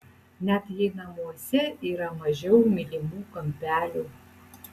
net jei namuose yra mažiau mylimų kampelių